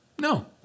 No